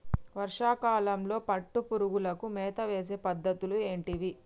వర్షా కాలంలో పట్టు పురుగులకు మేత వేసే పద్ధతులు ఏంటివి?